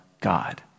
God